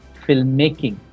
filmmaking